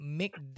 make